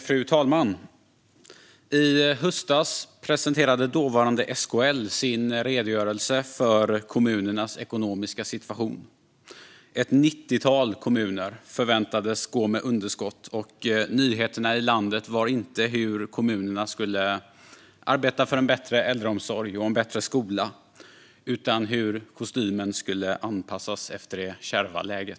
Fru talman! I höstas presenterade dåvarande SKL sin redogörelse för kommunernas ekonomiska situation. Ett nittiotal kommuner förväntades gå med underskott, och nyheterna i landet gällde inte hur kommunerna skulle arbeta för en bättre äldreomsorg och en bättre skola utan hur kostymen skulle anpassas efter det kärva läget.